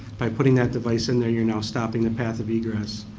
by putting that device in there you are now stopping the path of egress.